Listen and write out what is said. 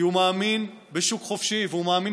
כי הוא מאמין בשוק חופשי והוא מאמין